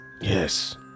Yes